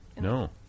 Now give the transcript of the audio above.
no